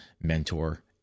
Mentor